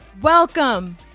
Welcome